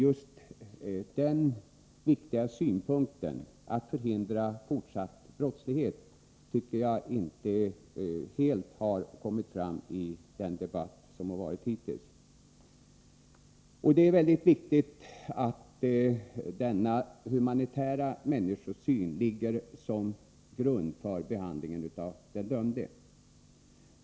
Just den viktiga synpunkten, att förhindra fortsatt brottslighet, tycker jag inte helt har kommit fram i den debatt som hittills har förts. Det är väldigt viktigt att denna humanitära människosyn ligger till grund för behandlingen av den dömde.